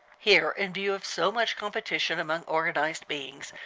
here, in view of so much competition among organized beings,